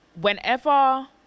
Whenever